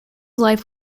life